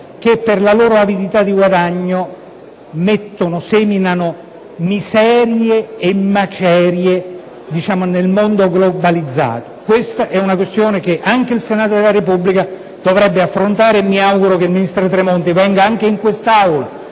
che per la loro avidità di guadagno seminano miserie e macerie nel mondo globalizzato. Si tratta di una questione che anche il Senato della Repubblica dovrebbe affrontare, e mi auguro che il ministro Tremonti venga anche in quest'Aula,